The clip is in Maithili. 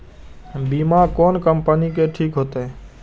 बीमा कोन कम्पनी के ठीक होते?